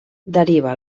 deriva